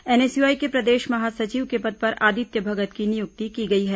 NSUI के प्रदेश महासचिव के पद पर आदित्य भगत की नियुक्ति की गई है